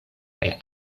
kaj